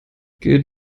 geht